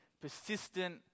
persistent